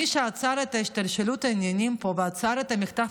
מי שעצר את השתלשלות העניינים פה ועצר את המחטף